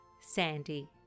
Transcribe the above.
Sandy